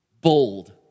bold